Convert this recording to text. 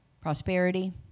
prosperity